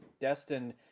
destined